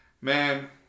Man